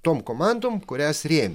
tom komandom kurias rėmė